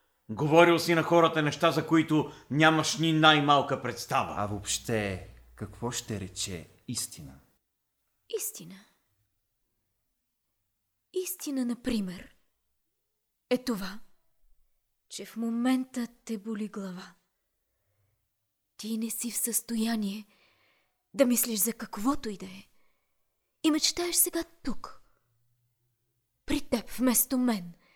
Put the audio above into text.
Говорил си на хората неща, за които нямаш ни най-малка представа. А въобще, какво ще рече истина? Истина? Истина, например, е това, че в момента те боли глава. Ти не си в състояние да мислиш за каквото и да е. И мечтаеш сега тук, при теб, вместо мен.